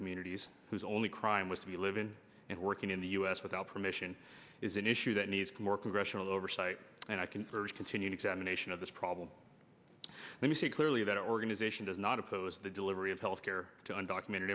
communities whose only crime was to be living and working in the u s without permission is an issue that needs more congressional oversight and i can urge continued examination of this problem and you see clearly that organization does not oppose the delivery of health care to indoc